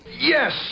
Yes